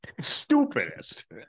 Stupidest